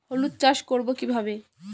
হলুদ চাষ করব কিভাবে?